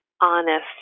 honest